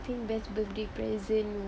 I think best birthday present